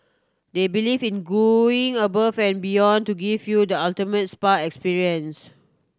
they believe in going above and beyond to give you the ultimate spa experience